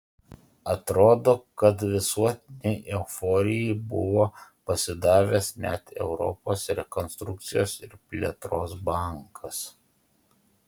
atrodo kad visuotinei euforijai buvo pasidavęs net europos rekonstrukcijos ir plėtros bankas